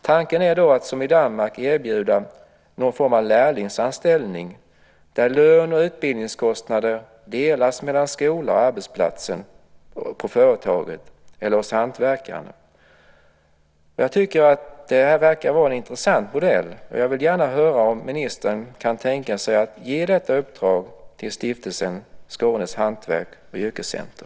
Tanken är då att som i Danmark erbjuda någon form av lärlingsanställning där lön och utbildningskostnader delas mellan skolan och arbetsplatsen, på företaget eller hos hantverkaren. Jag tycker att detta verkar vara en intressant modell, och jag vill gärna höra om ministern kan tänka sig att ge detta uppdrag till stiftelsen Skånes Hantverk & Yrkescenter.